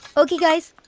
ok guys,